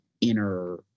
inner